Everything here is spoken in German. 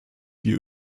hier